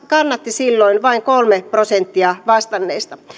kannatti silloin vain kolme prosenttia vastanneista